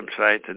website